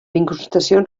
incrustacions